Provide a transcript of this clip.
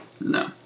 No